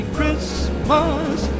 Christmas